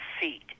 seat